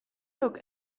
look